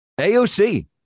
AOC